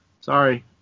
sorry